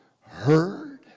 heard